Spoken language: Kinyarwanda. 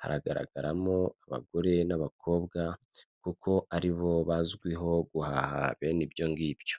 haragaragaramo abagore n'abakobwa kuko ari bo bazwi ho guhaha bene ibyo ngibyo.